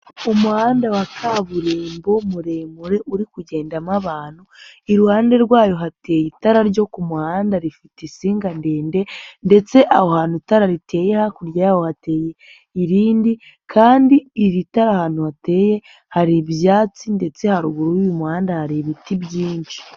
Umuhanda wa kaburimbo muremure uri kugendamo abantu, iruhande rwayo hateye itara ryo ku muhanda rifite insinga ndende ndetse aho hantu itara riteye hakurya yaho hateye irindi kandi iri tara ahantu riteye hari ibyatsi ndetse haruguru y'uyu muhanda hari ibiti byinshi.